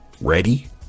ready